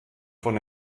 von